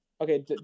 Okay